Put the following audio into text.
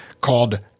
called